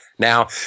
Now